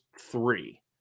three